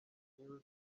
whitney